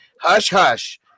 hush-hush